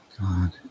God